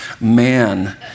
man